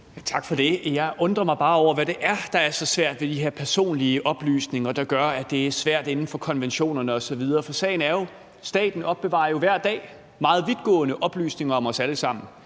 Tak for det. Jeg undrer mig bare over, hvad det er, der er med de her personlige oplysninger, der gør, at det er svært at gøre det inden for konventionerne osv. For sagen er jo, at staten hver dag opbevarer meget vidtgående oplysninger om os alle sammen.